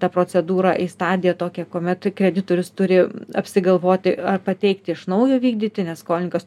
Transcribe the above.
tą procedūrą į stadiją tokią kuomet kreditorius turi apsigalvoti ar pateikti iš naujo vykdyti nes skolininkas